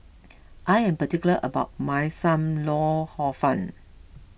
I am particular about my Sam Lau Hor Fun